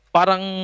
Parang